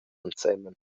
ensemen